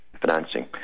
financing